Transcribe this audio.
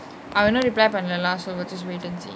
அவ இன்னு:ava innu reply பன்னல:pannala lah so just a wait and see